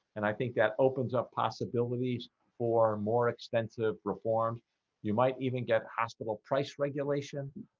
and i think that opens up possibilities for more extensive reforms you might even get hospital price regulation